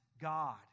God